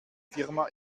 firma